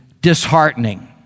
disheartening